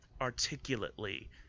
articulately